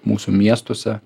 mūsų miestuose